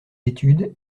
études